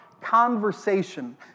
conversation